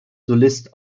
solist